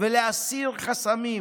ולהסיר חסמים.